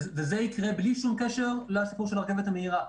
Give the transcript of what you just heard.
וזה יקרה בלי שום קשר לסיפור של הרכבת המהירה.